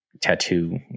tattoo